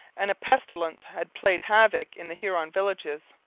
and a pestilence had played havoc in the huron villages.